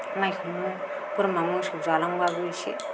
माइखौनो बोरमा मोसौ जालांब्लाबो एसे